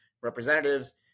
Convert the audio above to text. representatives